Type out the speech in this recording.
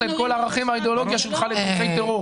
את כל הערכים והאידיאולוגיה שלך לתומכי טרור.